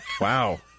Wow